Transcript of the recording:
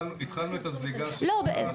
התחלנו את הזליגה --- לא,